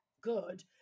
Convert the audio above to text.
good